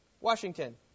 Washington